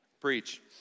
Preach